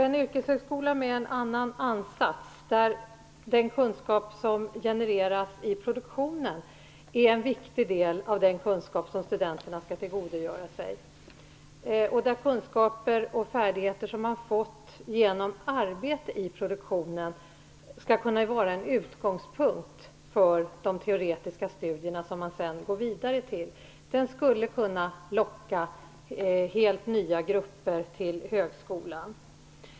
En yrkeshögskola med en annan ansats där den kunskap som genereras i produktionen är en viktig del av den kunskap som studenterna skall tillgodogöra sig, och där kunskap och färdigheter som man fått genom arbete i produktionen skall kunna vara en utgångspunkt för de teoretiska studier som man sedan går vidare till, skulle kunna locka helt nya grupper till högskolan.